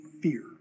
fear